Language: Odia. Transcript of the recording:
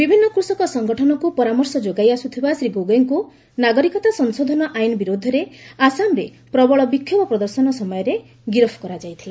ବିଭିନ୍ନ କୁଷକ ସଂଗଠନକୁ ପରାମର୍ଶ ଯୋଗାଇଆସୁଥିବା ଶ୍ରୀ ଗୋଗୋଇଙ୍କୁ ନାଗରିକତା ସଂଶୋଧନ ଆଇନ୍ ବିରୁଦ୍ଧରେ ଆସାମରେ ପ୍ରବଳ ବିକ୍ଷୋଭ ପ୍ରଦର୍ଶନ ସମୟରେ ଗିରଫ କରାଯାଇଥିଲା